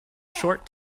short